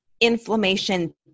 inflammation